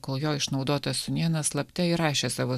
kol jo išnaudotas sūnėnas slapta įrašė savo